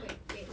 wait wait